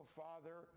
father